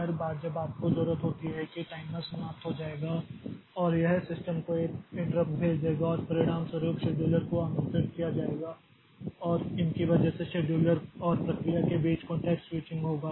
इसलिए हर बार जब आपको जरूरत होती है कि टाइमर समाप्त हो जाएगा और यह सिस्टम को एक इंट्रप्ट भेज देगा और परिणामस्वरूप शेड्यूलर को आमंत्रित किया जाएगा और इनकी वजह से शेड्यूलर और प्रक्रिया के बीच कॉंटेक्स्ट स्विचिंग होगा